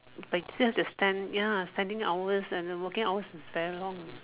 like still have to stand ya standing hours and the working hours is very long